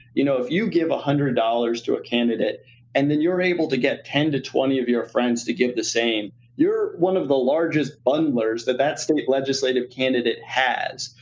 you know, if you give one hundred dollars to a candidate and then you're able to get ten to twenty of your friends to give the same, you're one of the largest bundlers that that state legislative candidate has.